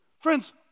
Friends